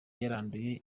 yaranduye